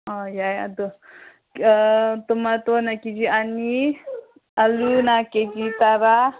ꯑꯣ ꯌꯥꯏ ꯑꯗꯨ ꯇꯣꯃꯦꯇꯣꯅ ꯀꯦ ꯖꯤ ꯑꯅꯤ ꯑꯥꯂꯨꯅ ꯀꯦ ꯖꯤ ꯇꯔꯥ